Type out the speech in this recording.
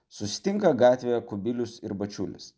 susitinka gatvėje kubilius ir bačiulis